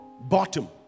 bottom